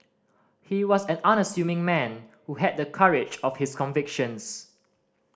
he was an unassuming man who had the courage of his convictions